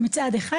מצד אחד,